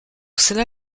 cela